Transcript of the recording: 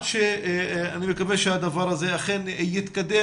אני מקווה שהדבר הזה אכן יתקדם.